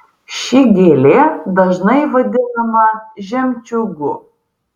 ši gėlė dažnai vadinama žemčiūgu